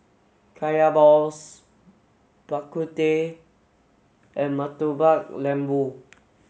Kaya Balls Bak Kut Teh and Murtabak Lembu